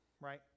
right